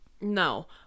No